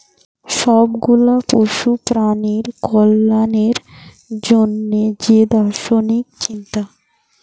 সব গুলা পশু প্রাণীর কল্যাণের জন্যে যে দার্শনিক চিন্তা